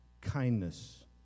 kindness